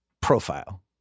profile